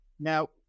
Now